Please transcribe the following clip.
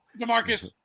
demarcus